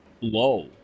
low